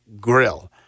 Grill